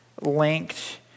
linked